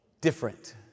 different